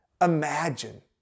imagine